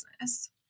business